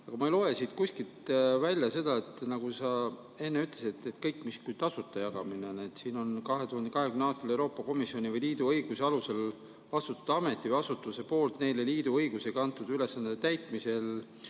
ma ei loe siit kuskilt välja seda, nagu sa enne ütlesid, et kui on tasuta jagamine. Siin on, et 2021. aastal Euroopa Komisjoni või Euroopa Liidu õiguse alusel asutatud ametite või asutuste poolt neile liidu õigusega antud ülesannete täitmisel